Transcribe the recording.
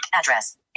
address